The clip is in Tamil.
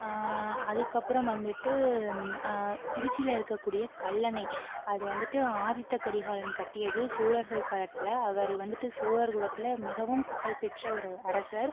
அதுக்கப்புறம் வந்துட்டு திருச்சியில் இருக்கக்கூடிய கல்லணை அது வந்துட்டு ஆதித்த கரிகாலன் கட்டியது சோழர்கள் காலத்தில் அவர் வந்துட்டு சோழர் குலத்தில் மிகவும் புகழ் பெற்ற ஒரு அரசர்